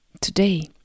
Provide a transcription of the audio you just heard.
today